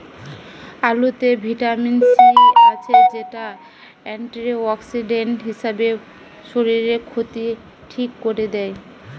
আলুতে vitamin C আছে, যেটা অ্যান্টিঅক্সিডেন্ট হিসাবে শরীরের ক্ষতি ঠিক কোরে দেয়